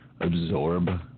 Absorb